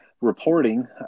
reporting